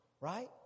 Right